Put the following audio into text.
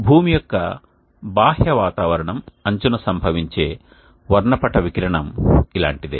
భూమి యొక్క బాహ్య వాతావరణం అంచున సంభవించే వర్ణపట వికిరణం ఇలాంటిదే